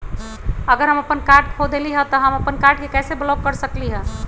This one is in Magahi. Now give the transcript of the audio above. अगर हम अपन कार्ड खो देली ह त हम अपन कार्ड के कैसे ब्लॉक कर सकली ह?